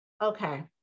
Okay